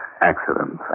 accidents